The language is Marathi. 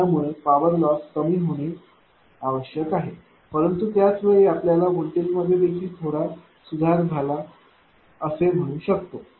यामुळे पॉवर लॉस कमी होणे आवश्यक आहे परंतु त्याच वेळी आपल्या व्होल्टेज मध्ये देखील थोडा सुधार झाला असे म्हणू शकतो